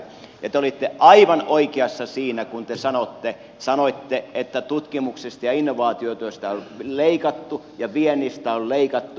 ja te olitte aivan oikeassa siinä kun te sanoitte että tutkimuksesta ja innovaatiotuesta on leikattu ja viennistä on leikattu